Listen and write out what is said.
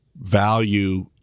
value